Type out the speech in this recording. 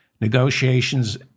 negotiations